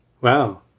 Wow